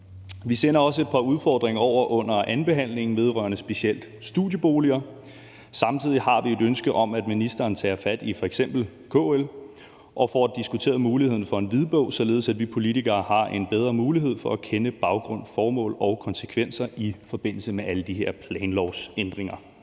Vi sender også et par udfordringer hen under andenbehandlingen vedrørende specielt studieboliger. Samtidig har vi et ønske om, at ministeren tager fat i f.eks. KL og får diskuteret muligheden for en hvidbog, således at vi politikere har en bedre mulighed for at kende baggrund, formål og konsekvenser i forbindelse med alle de her planlovsændringer.